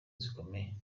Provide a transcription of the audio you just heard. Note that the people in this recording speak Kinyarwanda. zikomeye